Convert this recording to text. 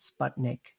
Sputnik